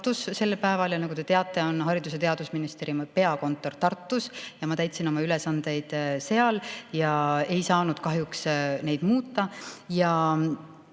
Tartus sellel päeval. Nagu te teate, Haridus‑ ja Teadusministeeriumi peakontor on Tartus ja ma täitsin oma ülesandeid seal ega saanud kahjuks neid muuta. Ma